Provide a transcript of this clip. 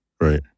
Right